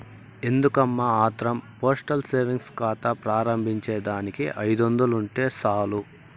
ఎందుకమ్మా ఆత్రం postal savings కాతా ప్రారంబించేదానికి ఐదొందలుంటే సాలు